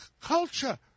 culture